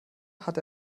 hat